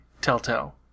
Telltale